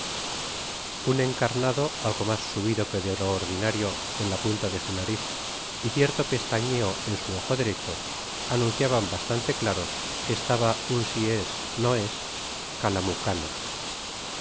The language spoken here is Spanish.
un encarnado algo más subido que de lo ordinario en la punta de su nariz y cierto pestañeo en su ojo derecho anunciaban bastante claro que estaba un si es ó nú es calumucano